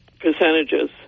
percentages